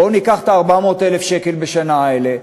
בואו ניקח את ה-400,000 בשנה האלה,